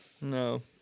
No